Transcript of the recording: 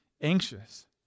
anxious